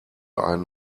einen